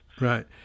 right